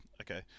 Okay